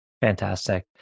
Fantastic